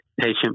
patient